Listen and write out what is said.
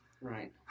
Right